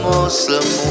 Muslim